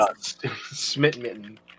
Smitten